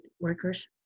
workers